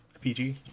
PG